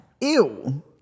Ew